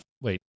Wait